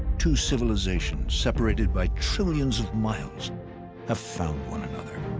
two civilizations separated by trillions of miles have found one another.